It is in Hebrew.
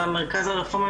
במרכז הרפורמי,